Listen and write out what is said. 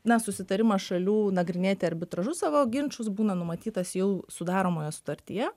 na susitarimas šalių nagrinėti arbitražu savo ginčus būna numatytas jau sudaromoje sutartyje